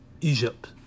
Egypt